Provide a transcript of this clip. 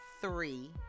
three